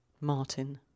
Martin